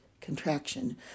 contraction